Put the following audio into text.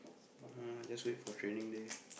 ah just wait for training day